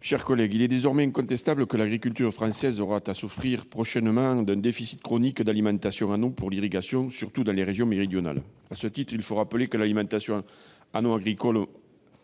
Cabanel. Il est désormais incontestable que l'agriculture française aura à souffrir prochainement d'un déficit chronique d'alimentation en eau pour l'irrigation, surtout dans les régions méridionales. À ce titre, il faut rappeler que l'alimentation en eau agricole